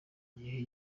gihe